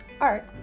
Art